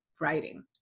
writing